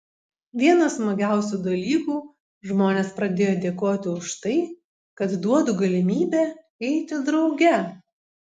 vienas smagiausių dalykų žmonės pradėjo dėkoti už tai kad duodu galimybę eiti drauge